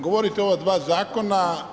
Govorite o ova dva zakona.